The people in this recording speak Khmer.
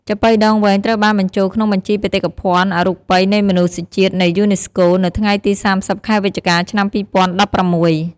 ចាប៉ីដងវែងត្រូវបានបញ្ជូលក្នុងបញ្ជីបេតិកភណ្ឌអរូបីនៃមនុស្សជាតិនៃយូនេស្កូ នៅថ្ងៃទី៣០ ខែវិច្ឆិកា ឆ្នាំ២០១៦។